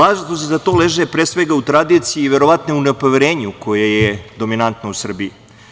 Razlog za to leži pre svega u tradiciji i verovatno u nepoverenju koje je dominantno u Srbiji.